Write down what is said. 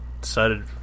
Decided